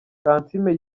kansiime